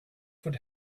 would